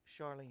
Charlene